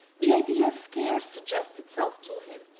the idea scarce suggests itself to him,